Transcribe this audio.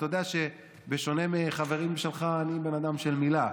אתה יודע שבשונה מחברים שלך, אני בן אדם של מילה,